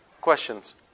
Questions